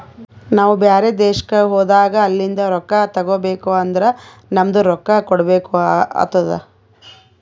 ನಾವು ಬ್ಯಾರೆ ದೇಶ್ಕ ಹೋದಾಗ ಅಲಿಂದ್ ರೊಕ್ಕಾ ತಗೋಬೇಕ್ ಅಂದುರ್ ನಮ್ದು ರೊಕ್ಕಾ ಕೊಡ್ಬೇಕು ಆತ್ತುದ್